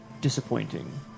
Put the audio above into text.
disappointing